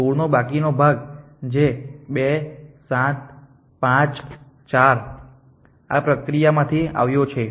tour નો બાકીનો ભાગ જે 2 7 5 4 8 છે આ પ્રક્રિયામાંથી આવ્યો છે